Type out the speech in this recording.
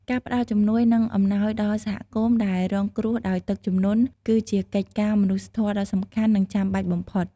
ការផ្តល់ជំនួយ និងអំណោយដល់សហគមន៍ដែលរងគ្រោះដោយទឹកជំនន់ គឺជាកិច្ចការមនុស្សធម៌ដ៏សំខាន់ និងចាំបាច់បំផុត។